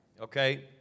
Okay